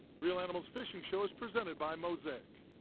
reel animals fishing show is presented by mosaic.